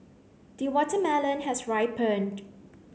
the watermelon has ripened